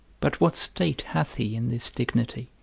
but what state hath he in this dignity?